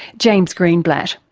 james greenblatt.